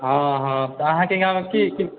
हँ हँ तऽ अहाँके गाँवमे की की